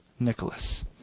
Nicholas